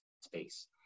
space